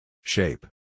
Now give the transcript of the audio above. Shape